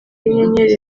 y’inyenyeri